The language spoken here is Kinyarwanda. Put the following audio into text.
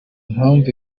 mpamvu